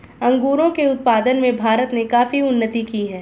अंगूरों के उत्पादन में भारत ने काफी उन्नति की है